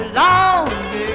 longer